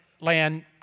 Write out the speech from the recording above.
land